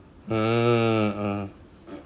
hmm hmm